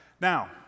Now